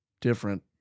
different